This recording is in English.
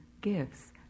gives